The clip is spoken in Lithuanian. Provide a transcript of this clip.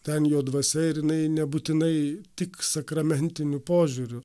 ten jo dvasia ir jinai nebūtinai tik sakramentiniu požiūriu